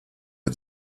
and